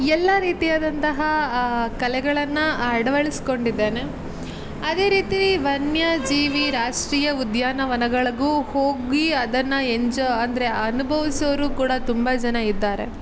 ಎಲ್ಲ ರೀತಿಯಾದಂತಹ ಕಲೆಗಳನ್ನು ಅಡವಳ್ಸ್ಕೊಂಡಿದ್ದೇನೆ ಅದೇ ರೀತಿ ವನ್ಯಜೀವಿ ರಾಷ್ಟೀಯ ಉದ್ಯಾನವನಗಳಿಗು ಹೋಗಿ ಅದನ್ನು ಎಂಜಾ ಅಂದರೆ ಅನುಭವ್ಸೋರು ಕೂಡ ತುಂಬ ಜನ ಇದ್ದಾರೆ